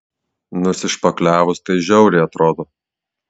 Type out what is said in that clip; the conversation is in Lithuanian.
nusišpakliavus tai žiauriai atrodo